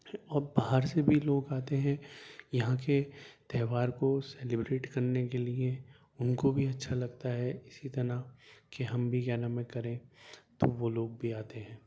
اور باہر سے بھی لوگ آتے ہیں یہاں کے تہوار کو سیلیبریٹ کرنے کے لیے ان کو بھی اچھا لگتا ہے اسی طرح کہ ہم بھی کیا نام ہے کریں تو وہ لوگ بھی آتے ہیں